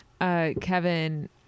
Kevin